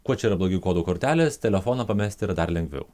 kuo čia yra blogi kodų kortelės telefoną pamest yra dar lengviau